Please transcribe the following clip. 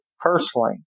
personally